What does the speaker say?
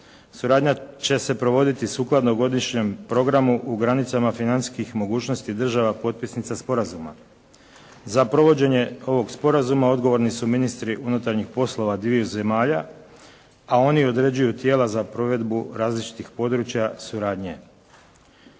Suradnja će se provoditi sukladno godišnjem programu u granicama financijskih mogućnosti država potpisnica sporazuma. Za provođenje ovog sporazuma odgovorni su ministri unutarnjih poslova dviju zemalja, a oni određuju tijela za provedbu različitih područja suradnje.